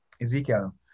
Ezekiel